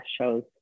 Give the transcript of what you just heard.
shows